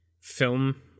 film